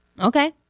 Okay